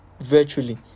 virtually